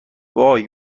وای